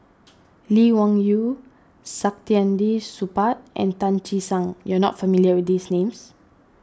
Lee Wung Yew Saktiandi Supaat and Tan Che Sang you are not familiar with these names